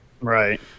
right